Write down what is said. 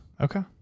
Okay